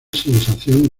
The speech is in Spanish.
sensación